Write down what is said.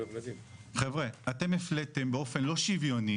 חבר'ה, אתם הפליתם באופן לא שוויוני